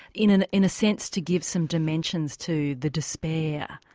in and in a sense to give some dimensions to the despair.